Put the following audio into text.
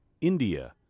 India